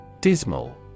Dismal